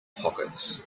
pockets